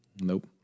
Nope